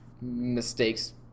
mistakes